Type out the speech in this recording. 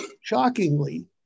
shockingly